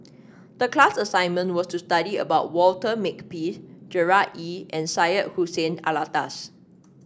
the class assignment was to study about Walter Makepeace Gerard Ee and Syed Hussein Alatas